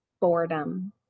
boredom